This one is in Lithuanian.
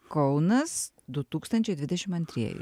kaunas du tūkstančiai dvidešim antrieji